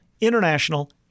international